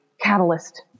Catalyst